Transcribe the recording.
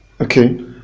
Okay